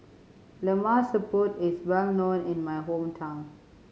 Lemak Siput is well known in my hometown